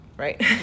Right